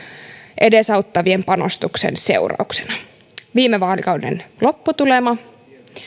edesauttavien panostusten seurauksena viime vaalikauden lopputulema